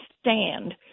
stand